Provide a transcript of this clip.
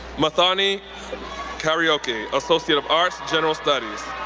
muthoni kariuki, associate of arts, general studies.